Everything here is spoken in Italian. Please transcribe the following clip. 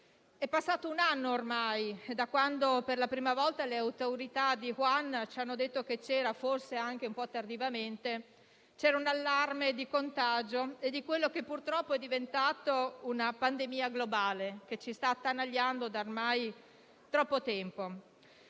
È passato un anno ormai da quando, per la prima volta, le autorità di Wuhan ci hanno detto - forse anche un po' tardivamente - che c'era un allarme di contagio rispetto a quello che, purtroppo, è diventato una pandemia globale che ci sta attanagliando ormai da troppo tempo.